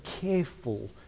careful